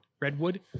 Redwood